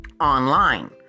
online